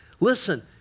Listen